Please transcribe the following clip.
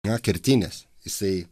na kertinės jisai